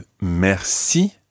merci